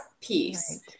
piece